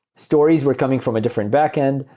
stories were coming from a different backend.